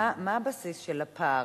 מה הבסיס של הפער?